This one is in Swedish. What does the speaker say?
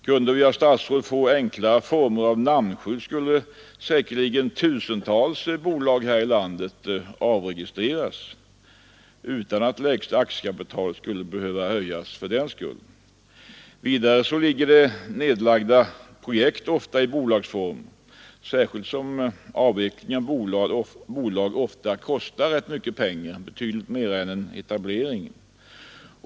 Kunde vi få enklare former av namnskydd, skulle säkerligen tusentals bolag här i landet avregistreras utan att lägsta aktiekapitalet skulle behöva höjas. Vidare ligger nedlagda projekt ofta kvar i bolagsform, särskilt som avveckling av bolag ofta kostar mer än etablering.